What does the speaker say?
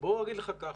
אני אגיד ככה,